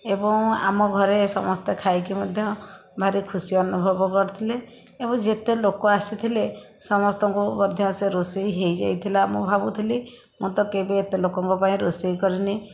ଏବଂ ଆମ ଘରେ ସମସ୍ତେ ଖାଇକି ମଧ୍ୟ ଭାରି ଖୁସି ଅନୁଭବ କରିଥିଲେ ଏବଂ ଯେତେ ଲୋକ ଆସିଥିଲେ ସମସ୍ତଙ୍କୁ ମଧ୍ୟ ସେ ରୋଷେଇ ହୋଇଯାଇଥିଲା ମୁଁ ଭାବୁଥିଲି ମୁଁ ତ କେବେ ଏତେ ଲୋକଙ୍କ ପାଇଁ ରୋଷେଇ କରିନି